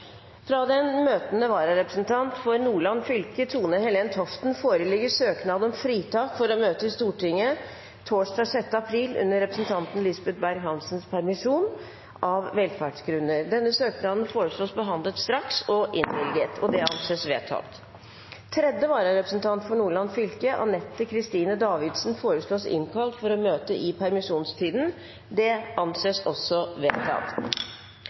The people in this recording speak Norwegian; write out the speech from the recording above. Fra den møtende vararepresentant for Nordland fylke, Tone-Helen Toften , foreligger søknad om fritak for å møte i Stortinget torsdag 6. april under representanten Lisbeth Berg-Hansens permisjon, av velferdsgrunner. Denne søknad foreslås behandlet straks og innvilget. – Det anses vedtatt. Tredje vararepresentant for Nordland fylke, Anette Kristine Davidsen , foreslås innkalt for å møte i permisjonstiden. – Det anses også vedtatt.